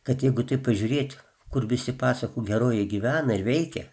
kad jeigu taip pažiūrėti kur visi pasakų herojai gyvena ir veikia